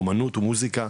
אומנות ומוזיקה,